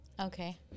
Okay